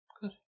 Good